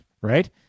Right